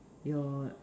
your